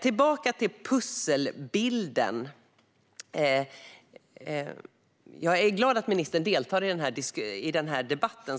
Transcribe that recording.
Tillbaka till pusselbilden: Jag är glad att ministern deltar i debatten